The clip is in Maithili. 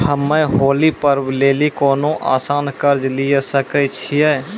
हम्मय होली पर्व लेली कोनो आसान कर्ज लिये सकय छियै?